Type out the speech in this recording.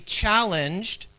challenged